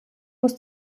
muss